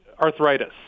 arthritis